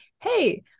hey